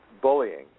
bullying